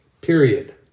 Period